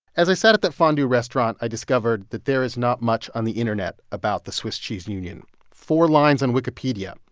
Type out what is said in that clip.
as i said at that fondue restaurant, i discovered that there is not much on the internet about the swiss cheese union four lines on wikipedia.